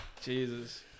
Jesus